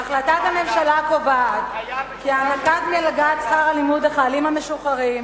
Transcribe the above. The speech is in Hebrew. החלטת הממשלה קובעת כי הענקת מלגת שכר הלימוד לחיילים המשוחררים